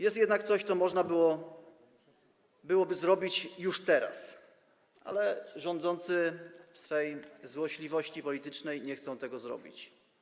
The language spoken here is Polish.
Jest jednak coś, co można byłoby zrobić już teraz, ale rządzący z powodu swej złośliwości politycznej nie chcą tego zrobić.